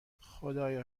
خدایا